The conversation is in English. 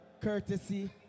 courtesy